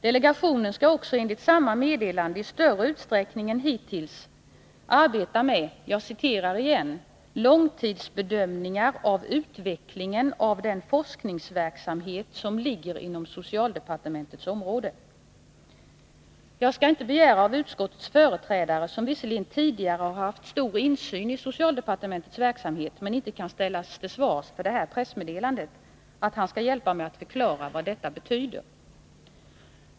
Delegationen skall också enligt samma meddelande i större utsträckning än hittills arbeta med ”långtidsbedömningar av utvecklingen av den forskningsverksamhet som ligger inom socialdepartementets område Jag skall inte begära att utskottets företrädare — som visserligen tidigare har haft stor insyn i socialdepartementets verksamhet men inte kan ställas till svars för pressmeddelandet — skall hjälpa mig att förklara vad detta betyder.